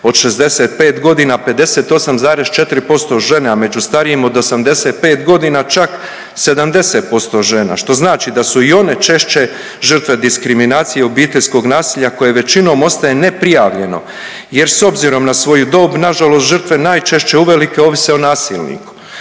od 65 godina 58,4% žena, a među starijim od 85 godina čak 70% žena, što znači da su i one češće žrtve diskriminacije obiteljskog nasilja koje većinom ostaje neprijavljeno jer s obzirom na svoju dob nažalost žrtve najčešće uvelike ovise o nasilniku.